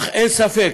ואין ספק